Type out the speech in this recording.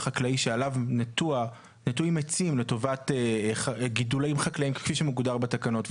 חקלאי שעליו נטועים עצים לטובת גידולים חקלאיים כפי שמוגדר בתקנות,